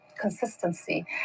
consistency